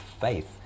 faith